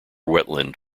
wetland